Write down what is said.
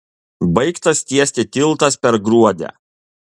baigtas tiesti tiltas per gruodę